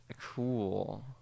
Cool